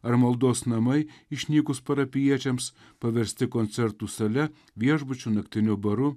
ar maldos namai išnykus parapijiečiams paversti koncertų sale viešbučiu naktiniu baru